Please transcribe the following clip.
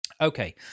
Okay